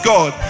God